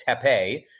Tepe